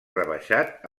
rebaixat